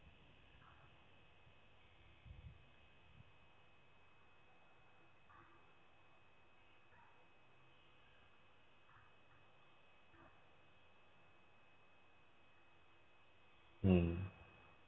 um